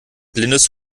blindes